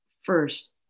first